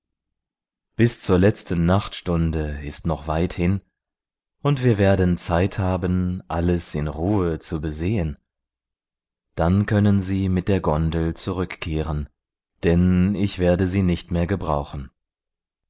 bis zur letzten nachtstunde ist noch weit hin und wir werden zeit haben alles in ruhe zu besehen dann können sie mit der gondel zurückkehren denn ich werde sie nicht mehr gebrauchen